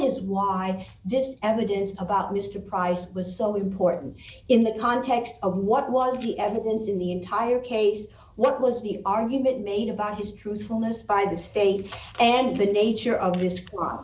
is why this evidence about mr price was so important in the context of what was the evidence in the entire case what was the argument made about his truthfulness by the state and the nature of this cl